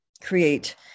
create